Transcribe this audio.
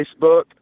Facebook